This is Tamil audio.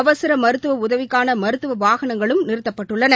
அவசரமருத்துவஉதவிக்கானமருத்துவவாகனங்களும் நிறுத்தப்பட்டுள்ளன